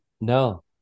No